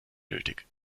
nötig